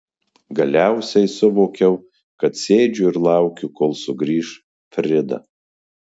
galiausiai suvokiau kad sėdžiu ir laukiu kol sugrįš frida